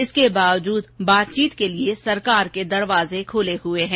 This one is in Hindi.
इसके बावजूद बातचीत के लिये सरकार के दरवाजे खूले हैं